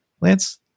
Lance